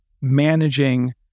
managing